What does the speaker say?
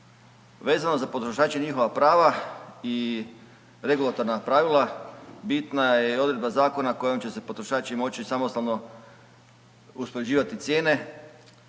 Vezano za potrošače i njihova prava i regulatorna pravila bitna je i odredba zakona kojom će se potrošači moći i samostalno uspoređivati cijene